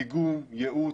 דיגום יעוץ,